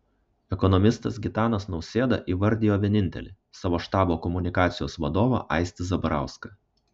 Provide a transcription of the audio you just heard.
ekonomistas gitanas nausėda įvardijo vienintelį savo štabo komunikacijos vadovą aistį zabarauską